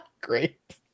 Great